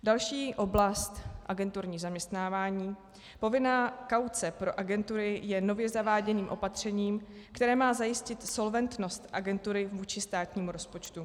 Další oblast, agenturní zaměstnávání, povinná kauce pro agentury je nově zaváděným opatřením, které má zajistit solventnost agentury vůči státnímu rozpočtu.